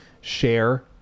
share